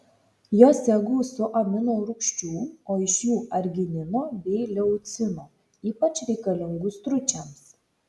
jose gausu amino rūgščių o iš jų arginino bei leucino ypač reikalingų stručiams